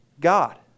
God